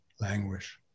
languish